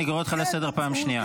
אני קורא אותך לסדר פעם שנייה.